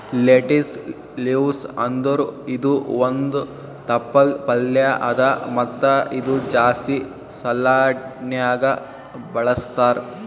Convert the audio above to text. lettuce leaves ಅಂದುರ್ ಇದು ಒಂದ್ ತಪ್ಪಲ್ ಪಲ್ಯಾ ಅದಾ ಮತ್ತ ಇದು ಜಾಸ್ತಿ ಸಲಾಡ್ನ್ಯಾಗ ಬಳಸ್ತಾರ್